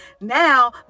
now